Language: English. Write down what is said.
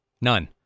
None